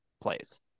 plays